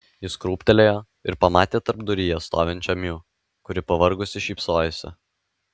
jis krūptelėjo ir pamatė tarpduryje stovinčią miu kuri pavargusi šypsojosi